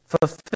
fulfill